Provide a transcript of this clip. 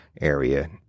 area